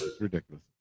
Ridiculous